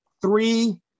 three